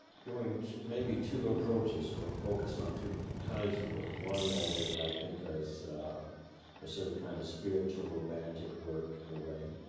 doing maybe two approaches or focused on two but kinds of work. one that is i think, has a certain kind of spiritual, romantic work in a way.